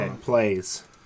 Plays